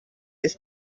ist